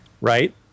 right